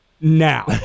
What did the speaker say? now